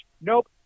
Nope